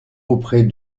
auprès